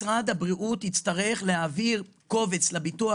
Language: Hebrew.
משרד הבריאות יצטרך להעביר קובץ לביטוח